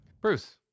Bruce